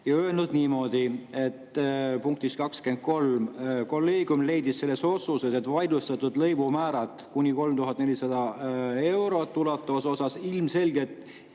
ja öelnud niimoodi, punktis 23: "Kolleegium leidis selles otsuses, et vaidlustatud lõivumäärad kuni 3400 euroni ulatuvas osas ilmselgelt